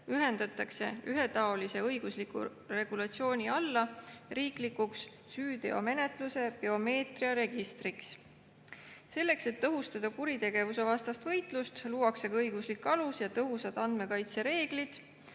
ühendatakse ühetaolise õigusliku regulatsiooni alla riiklikuks süüteomenetluse biomeetriaregistriks. Selleks, et tõhustada kuritegevusevastast võitlust, luuakse ka õiguslik alus ja tõhusad andmekaitsereeglid,